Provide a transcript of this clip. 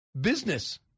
business